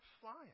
flying